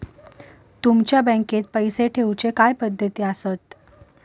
तुमच्या बँकेत पैसे ठेऊचे काय पद्धती आसत?